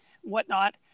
whatnot